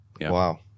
Wow